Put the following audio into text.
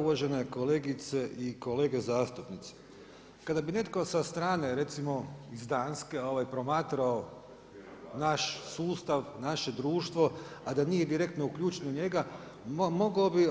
Uvažene kolegice i kolege zastupnici, kada bi netko sa strane, recimo sa Danske promatrao naš sustav, naše društvo, a da nije direktno uključena njega mogao bi